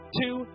two